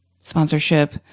sponsorship